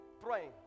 praying